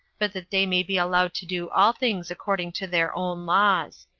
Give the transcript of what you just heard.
but that they may be allowed to do all things according to their own laws.